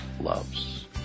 loves